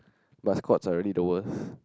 but squats are really the worst